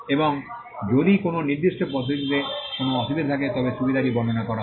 এবং যদি কোনও নির্দিষ্ট পদ্ধতিতে কোনও অসুবিধা থাকে তবে সুবিধাটি বর্ণনা করা হয়